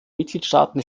mitgliedstaaten